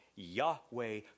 Yahweh